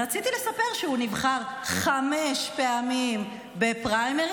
רציתי לספר שהוא נבחר חמש פעמים בפריימריז,